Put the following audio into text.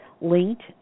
linked